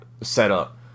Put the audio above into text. setup